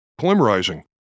polymerizing